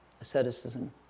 asceticism